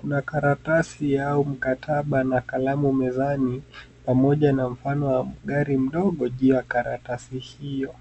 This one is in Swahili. Kuna karatasi ya huu mkataba na kalamu mezani pamoja na mfano wa gari dogo juu ya karatasi hiyo.